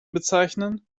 bezeichnen